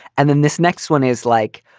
and then this next one is like,